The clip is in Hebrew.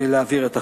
להעברת החוק.